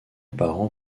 parents